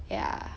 ya